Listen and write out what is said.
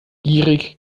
gierig